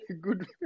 Good